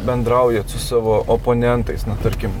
bendraujat su savo oponentais na tarkim